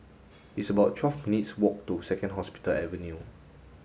it's about twelve minutes' walk to Second Hospital Avenue